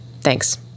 Thanks